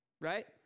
right